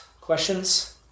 Questions